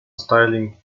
styling